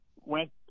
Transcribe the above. went